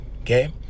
Okay